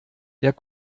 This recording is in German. der